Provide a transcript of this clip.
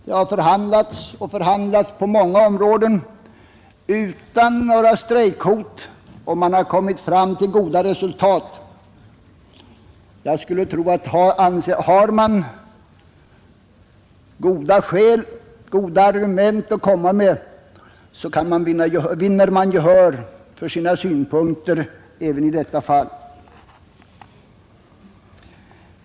Det har förhandlats och förhandlas på många områden utan några strejkhot, och goda resultat har uppnåtts. Har man starka argument att komma med så vinner man gehör för sina synpunkter även i detta fall.